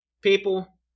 People